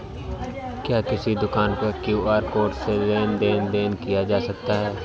क्या किसी दुकान पर क्यू.आर कोड से लेन देन देन किया जा सकता है?